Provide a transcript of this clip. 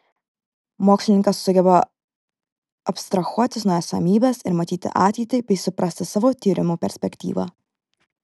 mokslininkas sugeba abstrahuotis nuo esamybės ir matyti ateitį bei suprasti savo tyrimų perspektyvą